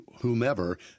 whomever